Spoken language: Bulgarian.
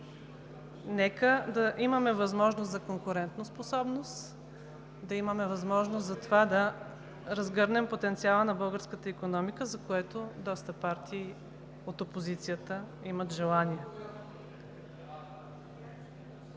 Нека да имаме възможност за конкурентоспособност, да имаме възможност да разгърнем потенциала на българската икономика, за което доста партии от опозицията имат желание.